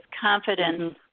confidence